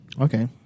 Okay